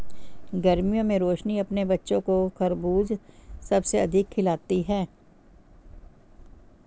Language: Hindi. गर्मियों में रोशनी अपने बच्चों को खरबूज सबसे अधिक खिलाती हैं